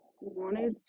wanted